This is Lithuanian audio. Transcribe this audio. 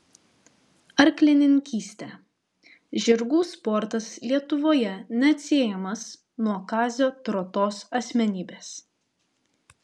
arklininkystė žirgų sportas lietuvoje neatsiejamas nuo kazio trotos asmenybės